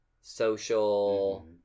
social